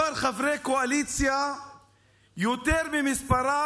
יותר חברי קואליציה ממספרם